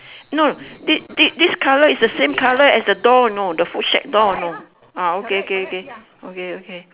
no thi~ thi~ this colour is the same colour as the door know the food shack door know ah okay okay okay okay okay